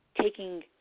taking